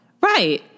Right